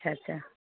अछा अछा